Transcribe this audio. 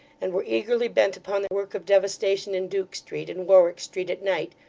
and were eagerly bent upon the work of devastation in duke street and warwick street at night,